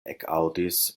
ekaŭdis